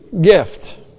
gift